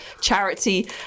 charity